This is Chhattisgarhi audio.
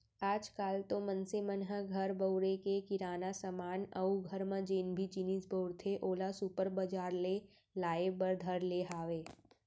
आज काल तो मनसे मन ह घर बउरे के किराना समान अउ घर म जेन भी जिनिस बउरथे ओला सुपर बजार ले लाय बर धर ले हावय